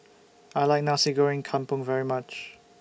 I like Nasi Goreng Kampung very much